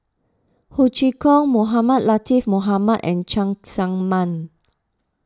Ho Chee Kong Mohamed Latiff Mohamed and Cheng Tsang Man